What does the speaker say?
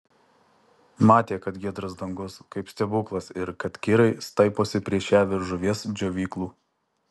matė kad giedras dangus kaip stebuklas ir kad kirai staiposi prieš ją virš žuvies džiovyklų